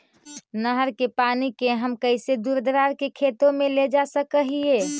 नहर के पानी के हम कैसे दुर दराज के खेतों में ले जा सक हिय?